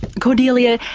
cordelia,